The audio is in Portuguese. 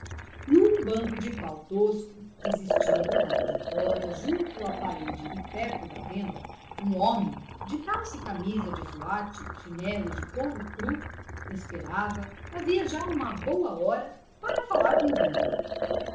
num banco de pau tosco que existia do lado de fora junto à parede e perto da venda um homem de calça e camisa de zuarte chinelos de couro cru esperava havia já uma boa hora para falar com o vendeiro